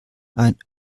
ein